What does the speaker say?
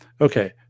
Okay